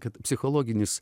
kad psichologinis